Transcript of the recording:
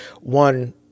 one